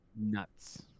Nuts